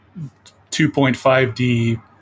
2.5D